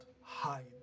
hide